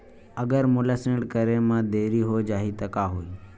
अगर मोला ऋण करे म देरी हो जाहि त का होही?